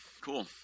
Cool